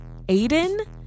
Aiden